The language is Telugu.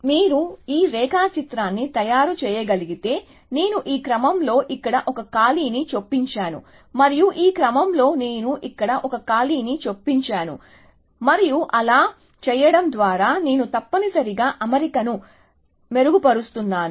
కాబట్టి మీరు ఈ రేఖాచిత్రాన్ని తయారు చేయగలిగితే నేను ఈ క్రమంలో ఇక్కడ ఒక ఖాళీని చొప్పించాను మరియు ఈ క్రమంలో నేను ఇక్కడ ఒక ఖాళీని చొప్పించాను మరియు అలా చేయడం ద్వారా నేను తప్పనిసరిగా అమరికను మెరుగుపరుస్తున్నాను